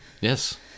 Yes